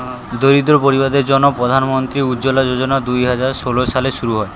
দরিদ্র পরিবারদের জন্যে প্রধান মন্ত্রী উজ্জলা যোজনা দুহাজার ষোল সালে শুরু হয়